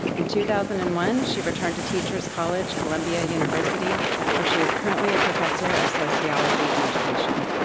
in two thousand and one, she returned to teachers college columbia university where she is currently a professor of sociology and education.